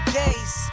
days